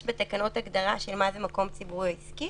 יש בתקנות הגדרה מהו מקום ציבורי עסקי,